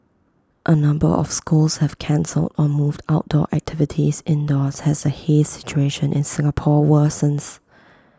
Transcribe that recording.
A number of schools have cancelled or moved outdoor activities indoors has A haze situation in Singapore worsens